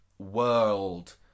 world